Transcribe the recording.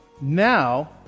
Now